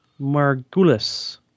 Margulis